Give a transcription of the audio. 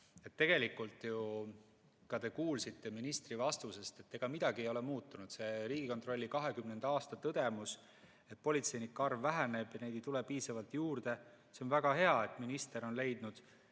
Tegelikult te ju ka kuulsite ministri vastusest, et ega midagi ei ole muutunud. Riigikontroll 2020. aastal tõdes, et politseinike arv väheneb ja neid ei tule piisavalt juurde. On väga hea, et minister on leidnud